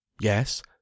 yes